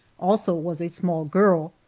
also, was a small girl.